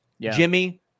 Jimmy